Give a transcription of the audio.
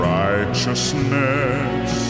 righteousness